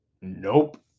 Nope